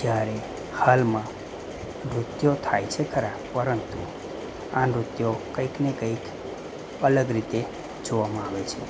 જ્યારે હાલમાં નૃત્યો થાય છે ખરા પરંતુ આ નૃત્યો કંઈકને કંઈક અલગ રીતે જોવામાં આવે છે